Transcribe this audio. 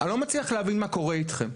אני לא מצליח להבין מה קורה אתכם.